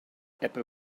apple